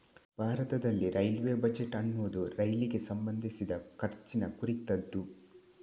ಭಾರತದಲ್ಲಿ railway budget ಅನ್ನುದು ರೈಲಿಗೆ ಸಂಬಂಧಿಸಿದ ಖರ್ಚಿನ ಕುರಿತದ್ದು